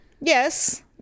Yes